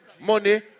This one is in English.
money